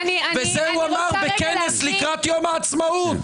וזה הוא אמר בכנס לקראת יום העצמאות.